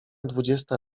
dwudziesta